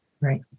Right